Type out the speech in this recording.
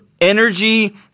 energy